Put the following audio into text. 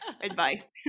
advice